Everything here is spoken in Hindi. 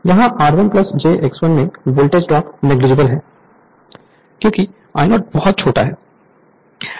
Refer Slide Time 1059 यहां R1 j X1 में वोल्टेज ड्रॉप नेगलिजिबल है क्योंकि I0 बहुत छोटा है